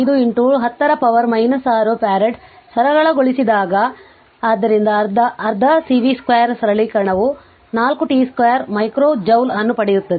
5 10 ರ power 6 farad ಸರಳಗೊಳಿಸಿದಾಗ ಆದ್ದರಿಂದ ಅರ್ಧ C v 2 ಸರಳೀಕರಣವು 4 t 2 ಮೈಕ್ರೋ ಜೌಲ್ ಅನ್ನು ಪಡೆಯುತ್ತದೆ